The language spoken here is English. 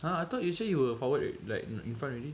!huh! I thought you say you were forward like in front already